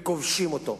וכובשים אותו.